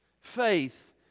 Faith